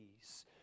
peace